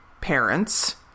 parents